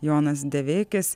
jonas deveikis